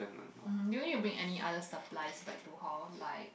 um do you bring any other supplies back to hall like